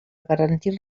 garantir